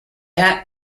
hat